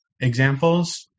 examples